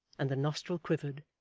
and the nostril quivered,